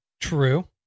true